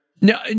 No